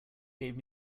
gave